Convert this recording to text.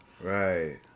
right